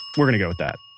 we're going to go with that.